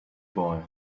boy